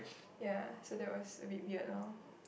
ya so that was a bit weird lor